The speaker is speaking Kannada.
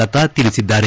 ಲತಾ ತಿಳಿಸಿದ್ದಾರೆ